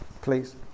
please